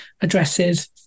addresses